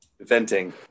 venting